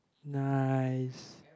nice